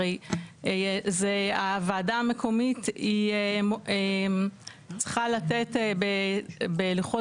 הרי הוועדה המקומית היא צריכה לתת בלוחות